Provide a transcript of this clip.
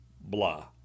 blah